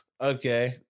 Okay